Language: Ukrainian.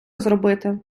зробити